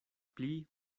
pli